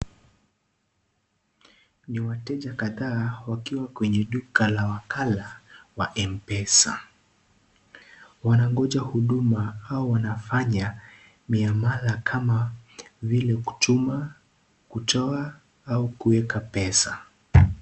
Ni wateja kadhaa wakiwa kwenye duka la wakala wa mpesa. Wanangoja huduma au wanafanya miamala kama vile kutuma, kutoa au kuweka pesa.